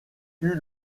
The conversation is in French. fut